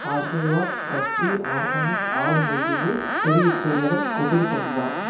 Aashirvaad Swasti organic ఆవు నెయ్యిని తిరిగిచ్చేయడం కుదురుతుందా